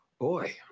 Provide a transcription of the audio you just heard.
Boy